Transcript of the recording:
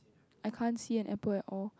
I can't see an apple at all